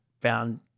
found